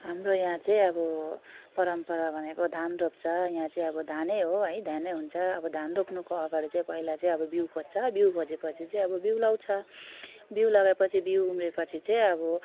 हाम्रो यहाँ चाहिँ अब परम्परा भनेको धान रोप्छ यहाँ चाहिँ अब धान हो है धान हुन्छ अब धान रोप्नुको अगाडि चाहिँ पहिला चाहिँ अब बिउ खोज्छ बिउ खोजे पछि चाहिँ अब बिउ लगाउँछ बिउ लगाए पछि बिउ उम्रे पछि चाहिँ अब